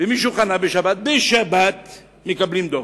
מישהו חנה בשבת, ושם בשבת מקבלים דוח.